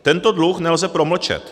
Tento dluh nelze promlčet.